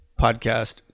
podcast